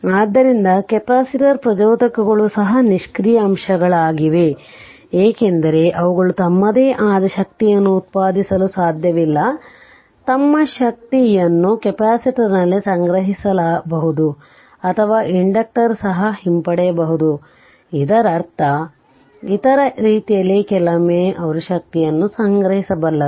ಆದ್ದರಿಂದ ಕೆಪಾಸಿಟರ್ ಪ್ರಚೋದಕಗಳು ಸಹ ನಿಷ್ಕ್ರಿಯ ಅಂಶಗಳಾಗಿವೆ ಏಕೆಂದರೆ ಅವುಗಳು ತಮ್ಮದೇ ಆದ ಶಕ್ತಿಯನ್ನು ಉತ್ಪಾದಿಸಲು ಸಾಧ್ಯವಿಲ್ಲ ತಮ್ಮ ಶಕ್ತಿಯನ್ನು ಕೆಪಾಸಿಟರ್ನಲ್ಲಿ ಸಂಗ್ರಹಿಸಬಹುದು ಅಥವಾ ಇಂಡಕ್ಟರ್ ಸಹ ಹಿಂಪಡೆಯಬಹುದು ಇದರರ್ಥ ಇತರ ರೀತಿಯಲ್ಲಿ ಕೆಲವೊಮ್ಮೆ ಅವರು ಶಕ್ತಿಯನ್ನು ಸಂಗ್ರಹಿಸಬಲ್ಲರು